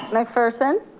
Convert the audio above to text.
mcpherson.